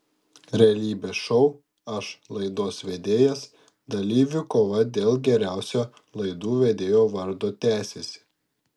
realybės šou aš laidos vedėjas dalyvių kova dėl geriausio laidų vedėjo vardo tęsiasi